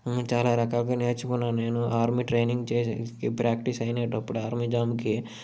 చాలా రకాలు నేర్చుకున్నాను నేను ఆర్మీ ట్రైనింగ్ చేసి ప్రాక్టీస్ అయినేటప్పుడు ఆర్మీ జాబ్కి